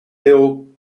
hill